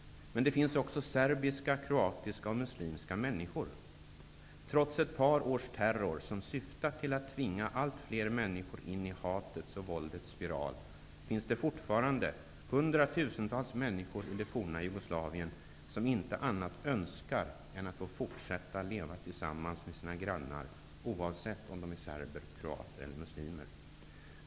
Men det finns också serbiska, kroatiska och muslimska människor. Trots ett par års terror, som syftat till att tvinga allt fler människor in i hatets och våldets spiral, finns det fortfarande hundratusentals människor i det forna Jugoslavien som inte önskar annat än att få fortsätta att leva tillsammans med sina grannar, oavsett om de är serber, kroater eller muslimer.